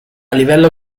livello